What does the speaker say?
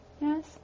Yes